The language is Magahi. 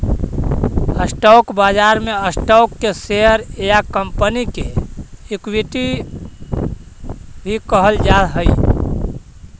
स्टॉक बाजार में स्टॉक के शेयर या कंपनी के इक्विटी भी कहल जा हइ